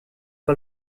pas